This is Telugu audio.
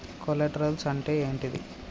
కొలేటరల్స్ అంటే ఏంటిది?